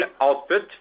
output